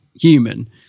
human